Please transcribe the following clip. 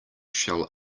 shall